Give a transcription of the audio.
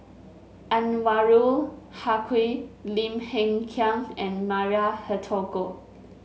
Anwarul Haque Lim Hng Kiang and Maria Hertogh